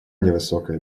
невысокая